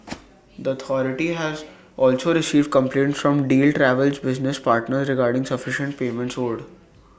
the authority has also received complaints from deal Travel's business partners regarding sufficient payments owed